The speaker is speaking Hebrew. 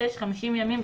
(6)50 ימים,